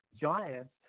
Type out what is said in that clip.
giants